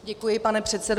Děkuji, pane předsedo.